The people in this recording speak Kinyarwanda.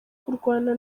kurwana